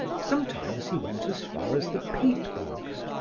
sometimes he went as far as the peat-bogs,